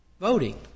voting